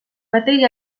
mateix